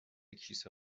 کیسه